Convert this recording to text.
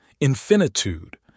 infinitude